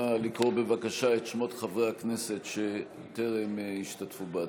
נא לקרוא בבקשה את שמות חברי הכנסת שטרם השתתפו בהצבעה.